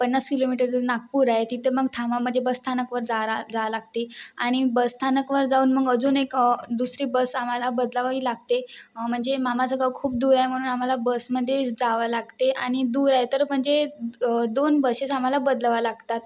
पन्नास किलोमीटर नागपूर आहे तिथं मग थांबा म्हणजे बस स्थानकावर जा ला जायला लागते आणि बस स्थानकावर जाऊन मग अजून एक दुसरी बस आम्हाला बदलावी लागते म्हणजे मामाचं गाव खूप दूर आहे म्हणून आम्हाला बसमध्येच जावं लागते आणि दूर आहे तर म्हणजे दोन बसेस आम्हाला बदलावा लागतात